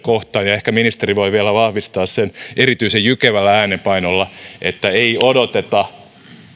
kohtaan ja ehkä ministeri voi vielä vahvistaa sen erityisen jykevällä äänenpainolla että ei odoteta